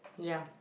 yeah